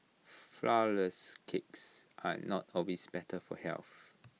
Flourless Cakes are not always better for health